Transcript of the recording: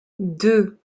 deux